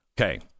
okay